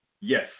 Yes